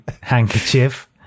handkerchief